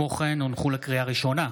לקריאה ראשונה,